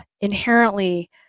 inherently